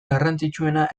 garrantzitsuena